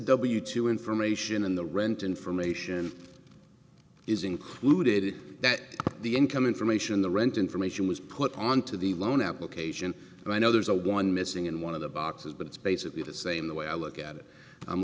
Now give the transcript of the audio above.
w two information in the rent information is included in that the income information the rent information was put onto the loan application and i know there's a one missing in one of the boxes but it's basically the same the way i look